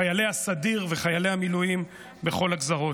חיילי הסדיר וחיילי המילואים בכל הגזרות.